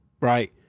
right